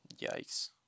yikes